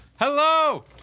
Hello